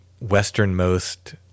westernmost